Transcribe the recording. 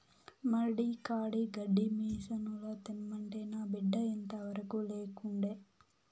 మడి కాడి గడ్డి మిసనుల తెమ్మంటే నా బిడ్డ ఇంతవరకూ లేకుండే